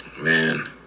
Man